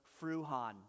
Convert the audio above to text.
Fruhan